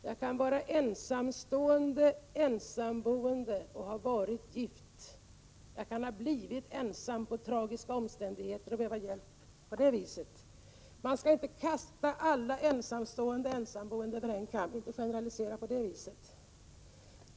Herr talman! Jag kan vara ensamstående eller ensamboende, jag kan ha varit gift och ha blivit ensam t.ex. av tragiska omständigheter och därför behöva hjälp. Man skall inte dra alla ensamstående och ensamboende över en kam. Man kan inte generalisera på det viset.